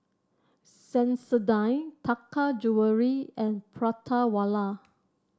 Sensodyne Taka Jewelry and Prata Wala